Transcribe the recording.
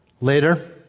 Later